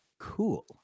cool